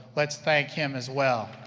let's thank him as well.